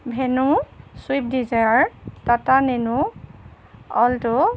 ven sweep Dzire Tata nano alto